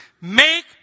Make